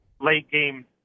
late-game